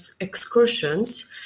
excursions